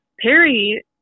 Perry